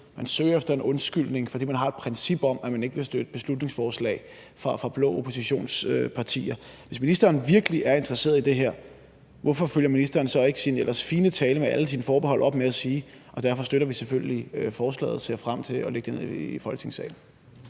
man søger efter en undskyldning, fordi man har et princip om, at man ikke vil støtte beslutningsforslag fra blå oppositionspartier. Hvis ministeren virkelig er interesseret i det her, hvorfor følger ministeren så ikke sin ellers fine tale med alle forbeholdene op med at sige: Derfor støtter vi selvfølgelig forslaget og ser frem til at lægge det herned i Folketingssalen?